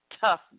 toughness